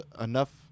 enough